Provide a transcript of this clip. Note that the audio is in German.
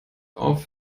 auf